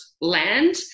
land